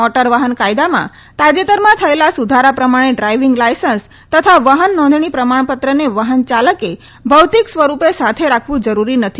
motor વાહન કાયદામાં તાજેતરમાં થયેલા સુધારા પ્રમાણે ડ્રાઈવીંગ લાયસન્સ તથા વાહન નોંધણી પ્રમાણપત્રને વાહન ચાલકે ભૌતિક સ્વરૂપે સાથે રાખવું જરૂરી નથી